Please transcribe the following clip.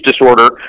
disorder